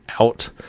out